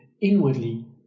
inwardly